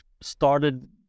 started